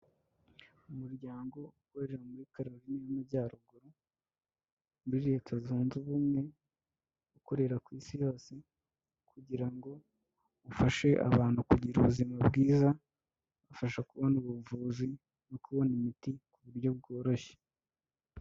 Umuryango ukorera muri Carolina y'amajyaruguru, muri leta zunze ubumwe, ukorera ku isi yose kugira ngo ufashe abantu kugira ubuzima bwiza ubafasha kubona ubuvuzi no kubona imiti ku buryo bworoshye.